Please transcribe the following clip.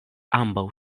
ambaŭ